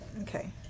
Okay